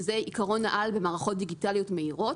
שזה עיקרון העל במערכות דיגיטליות מהירות,